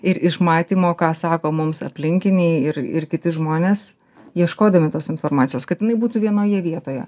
ir iš matymo ką sako mums aplinkiniai ir ir kiti žmonės ieškodami tos informacijos kad jinai būtų vienoje vietoje